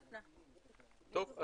טוב.